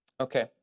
Okay